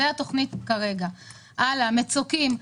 לגבי המצוקים בחופים: